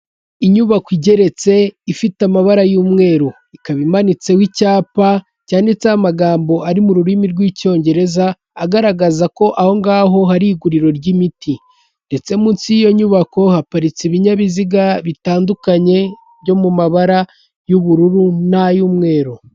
Inyubako igeretse ifite amabara y'umweru, ikaba imanitseho icyapa cyanditseho amagambo ari mu rurimi rw'Icyongereza agaragaza ko ahongaho hari iguriro ry'imiti ndetse munsi y'iyo nyubako haparitse ibinyabiziga bitandukanye byo mu mabara y'ubururu n'ay'umweru.